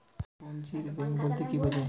স্বল্প পুঁজির ব্যাঙ্ক বলতে কি বোঝায়?